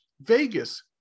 Vegas